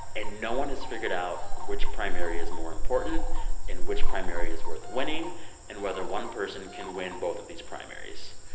and no one has figured out which primary is more important and which primary is worth winning and whether one person can win both of these primaries.